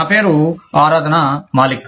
నా పేరు ఆరాధన మాలిక్